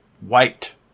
white